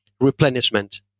replenishment